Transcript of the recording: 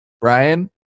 Brian